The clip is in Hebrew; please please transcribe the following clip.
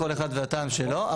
כל אחד והטעם שלו.